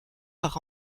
par